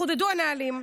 וחודדו הנהלים.